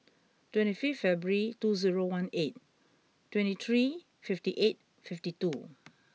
twenty five February two zero one eight twenty three fifty eight fifty two